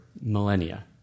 millennia